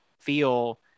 feel